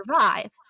survive